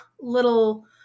little